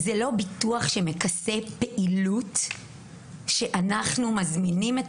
זה לא ביטוח שמכסה פעילות שאנחנו מזמינים את